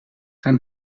zijn